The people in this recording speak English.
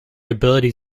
ability